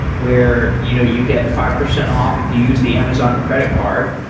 where you know you get five percent off if you use the amazon credit card.